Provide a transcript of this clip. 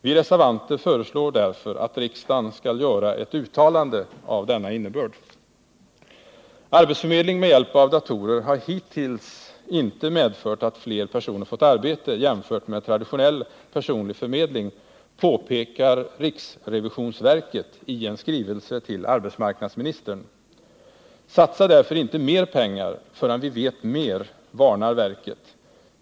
Vi reservanter föreslår därför att riksdagen skall göra ett uttalande av denna innebörd. Arbetsförmedling med hjälp av datorer har hittills inte medfört att fler personer fått arbete, jämfört med traditionell personlig förmedling, påpekar riksrevisionsverket i en skrivelse till arbetsmarknadsministern. Satsa därför inte mer pengar förrän vi vet mer, varnar verket.